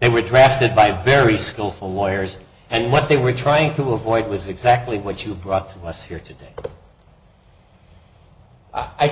they were drafted by very skillful lawyers and what they were trying to avoid was exactly what you brought us here